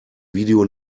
video